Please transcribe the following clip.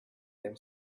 them